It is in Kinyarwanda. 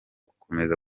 gukomeza